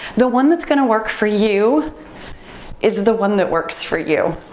the one that's gonna work for you is the one that works for you.